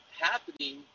happening